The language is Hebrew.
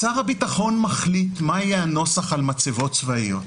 שר הביטחון מחליט מה יהיה הנוסח על מצבות צבאיות,